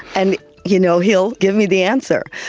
and you know he'll give me the answer.